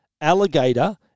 alligator